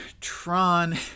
Tron